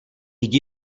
jdi